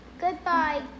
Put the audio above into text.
Goodbye